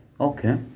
okay